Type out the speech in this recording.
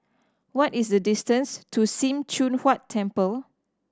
what is the distance to Sim Choon Huat Temple